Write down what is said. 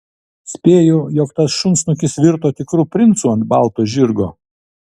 spėju jog tas šunsnukis virto tikru princu ant balto žirgo